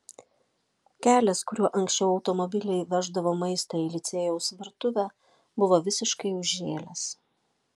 kelias kuriuo anksčiau automobiliai veždavo maistą į licėjaus virtuvę buvo visiškai užžėlęs